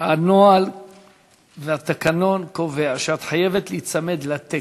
הנוהל והתקנון קובעים שאת חייבת להיצמד לטקסט.